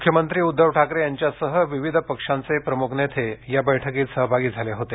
मुख्यमंत्री उद्धव ठाकरे यांच्यासह विविध पक्षांचे प्रमुख नेते बैठकीत सहभागी झाले होते